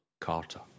Carter